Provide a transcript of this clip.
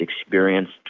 experienced